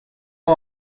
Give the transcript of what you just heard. boa